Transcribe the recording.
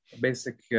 basic